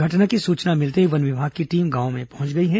घटना की सूचना मिलते ही वन विभाग की टीम गांव में पहुंच गई है